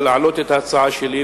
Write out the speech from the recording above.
להעלות את ההצעה שלי,